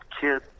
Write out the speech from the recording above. kid